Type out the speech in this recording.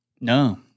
No